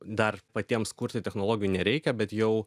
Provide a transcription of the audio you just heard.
dar patiems kurti technologijų nereikia bet jau